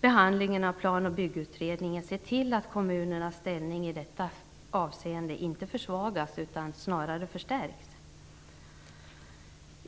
behandlingen av planoch byggutredningen se till att kommunernas ställning i detta avseende inte försvagas utan snarare förstärks.